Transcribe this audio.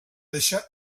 deixà